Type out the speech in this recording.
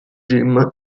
jim